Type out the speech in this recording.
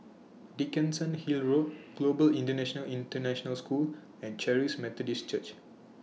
Dickenson Hill Road Global Indian International School and Charis Methodist Church